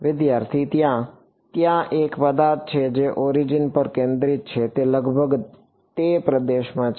વિદ્યાર્થી ત્યાં ત્યાં એક પદાર્થ છે જે ઓરિજિન પર કેન્દ્રિત છે તે લગભગ તે પ્રદેશમાં છે